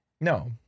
No